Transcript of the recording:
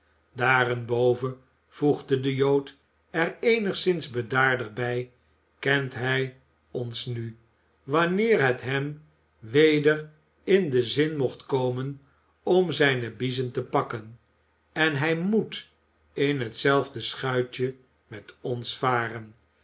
daarenboven voegde de jood er eenigszins bedaarder bij kent hij ons nu wanneer het hem weder in den zin mocht komen om zijne biezen te pakken en hij moet in hetzelfde schuitje met ons varen